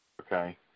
Okay